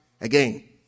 again